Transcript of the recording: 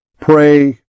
pray